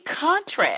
contrast